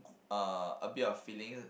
a a bit of feeling